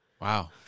wow